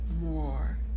more